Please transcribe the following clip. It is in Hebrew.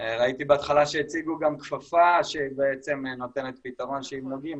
ראיתי בהתחלה שהציגו גם כפפה שנותנת פתרון שאם נוגעים,